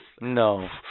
No